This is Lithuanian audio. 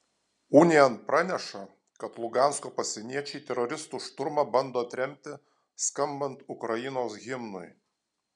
unian praneša kad lugansko pasieniečiai teroristų šturmą bando atremti skambant ukrainos himnui